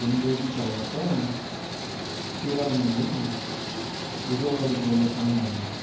రెండు రోజుల తరువాత చీరాల నుండి విజయవాడికి వెళ్ళే పని ఉందండి